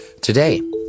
Today